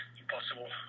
impossible